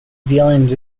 zealand